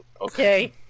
Okay